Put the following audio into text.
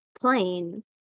plane